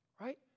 Right